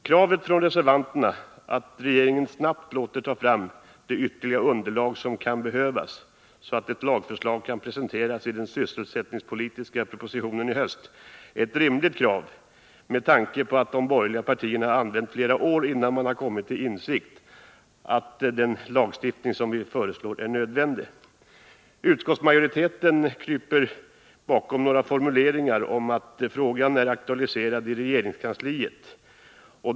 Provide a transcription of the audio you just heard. Kravet från reservanterna att regeringen snabbt låter ta fram det ytterligare underlag som kan behövas, så att ett lagförslag kan presenteras i den sysselsättningspolitiska propositionen i höst är ett rimligt krav med tanke på att de borgerliga partierna har använt flera år innan man har kommit till insikt att den lagstiftning som vi föreslår är nödvändig. Utskottsmajoriteten kryper bakom några formuleringar om att frågan är aktualiserad i regeringskansliet.